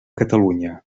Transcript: catalunya